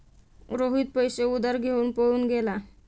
रोहित पैसे उधार घेऊन पळून गेला